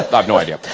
ah i've no idea